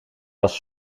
was